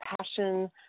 passion